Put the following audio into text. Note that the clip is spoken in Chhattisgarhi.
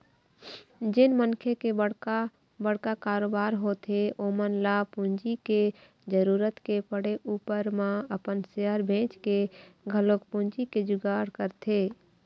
जेन मनखे के बड़का बड़का कारोबार होथे ओमन ल पूंजी के जरुरत के पड़े ऊपर म अपन सेयर बेंचके घलोक पूंजी के जुगाड़ करथे